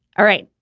all right.